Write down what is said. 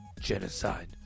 Genocide